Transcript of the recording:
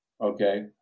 Okay